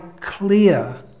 clear